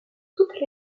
toutes